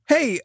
Hey